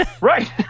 right